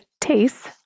taste